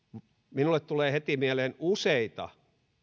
minulle tulee heti mieleen useita